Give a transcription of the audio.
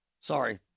Sorry